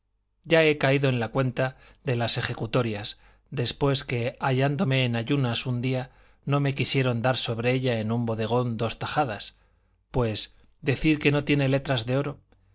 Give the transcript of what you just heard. ya he caído en la cuenta de las ejecutorias después que hallándome en ayunas un día no me quisieron dar sobre ella en un bodegón dos tajadas pues decir que no tiene letras de oro